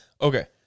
Okay